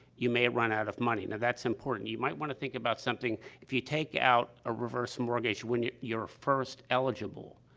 you may have run out of money. now, that's important. you might want to think about something if you take out a reverse mortgage when you're first eligible,